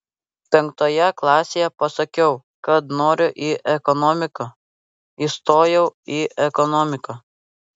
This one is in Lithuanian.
penktoje klasėje pasakiau kad noriu į ekonomiką įstojau į ekonomiką